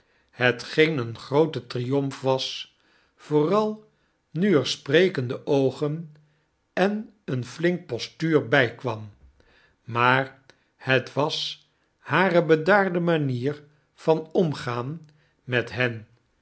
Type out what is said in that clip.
hetgeen een groote triomf was vooral nu er sprekende oogen en een flink postuur bykwam maar het was hare bedaarde manier van omgaan met hen